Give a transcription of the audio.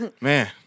man